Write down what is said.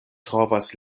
trovas